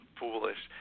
foolish